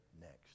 next